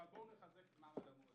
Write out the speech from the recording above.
אבל בואו נחזק את מעמד המורה.